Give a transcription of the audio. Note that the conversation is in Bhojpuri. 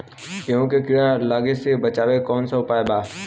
गेहूँ मे कीड़ा लागे से बचावेला कौन उपाय बा?